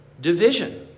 division